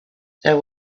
there